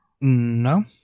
no